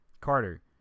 Carter